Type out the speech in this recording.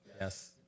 Yes